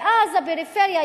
ואז הפריפריה,